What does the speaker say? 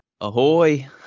Ahoy